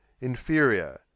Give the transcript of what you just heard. inferior